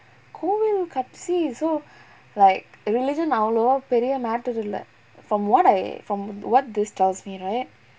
கோவில்:kovil courtesy so like religion அவ்ளவா:avlavaa matter இல்ல:illa from what I from what this tells me right